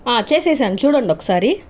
చేసేసాను చూడండి ఒకసారి